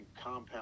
compound